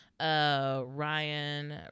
Ryan